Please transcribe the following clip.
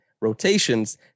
rotations